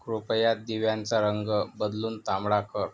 कृपया दिव्यांचा रंग बदलून तांबडा कर